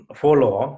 follow